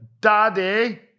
daddy